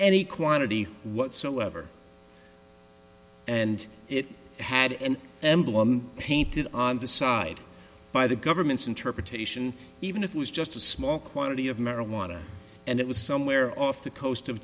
any quantity whatsoever and it had an emblem painted on the side by the government's interpretation even if it was just a small quantity of marijuana and it was somewhere off the coast of